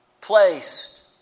placed